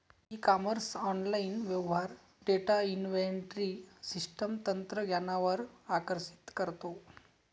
E commerce online व्यवहार data inventory system तंत्रज्ञानावर आकर्षित करतो